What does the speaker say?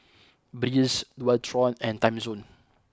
Breeze Dualtron and Timezone